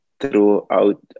throughout